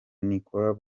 niccolo